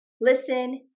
Listen